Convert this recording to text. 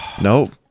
Nope